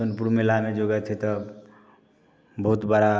सोनपुर मेला में जो गए तब बहुत बड़ा